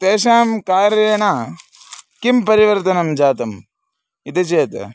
तेषां कार्येण किं परिवर्तनं जातम् इति चेत्